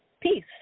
peace